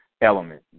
element